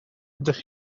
ydych